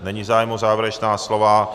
Není zájem o závěrečná slova.